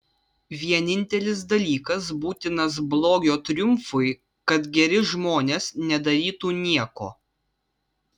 vienintelis dalykas būtinas blogio triumfui kad geri žmonės nedarytų nieko